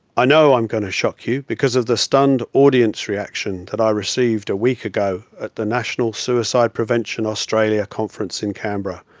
i know i'm going to shock you because of the stunned audience reaction that i received a week go at the national suicide prevention australia conference in canberra,